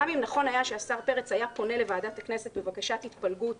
אם נכון היה שהשר פרץ היה פונה לוועדת הכנסת לבקשת התפלגות